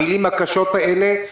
המילים הקשות האלה,